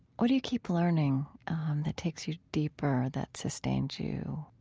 what do you keep learning that takes you deeper, that sustains you?